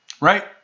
Right